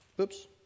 Oops